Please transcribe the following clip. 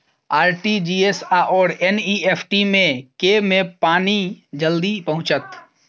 RTGS आओर NEFT मे केँ मे पानि जल्दी पहुँचत